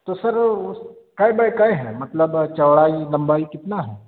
تو سر اس کے بائی کے ہے مطلب چوڑائی لمبائی کتنا ہے